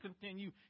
continue